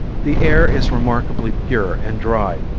the air is remarkably pure and dry.